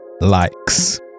likes